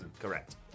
Correct